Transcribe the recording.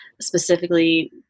specifically